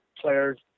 players